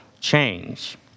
change